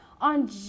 on